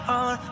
on